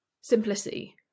simplicity